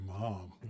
mom